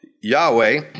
Yahweh